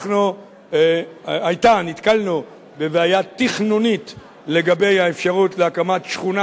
ואנחנו נתקלנו בבעיה תכנונית לגבי האפשרות של הקמת שכונה